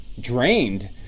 drained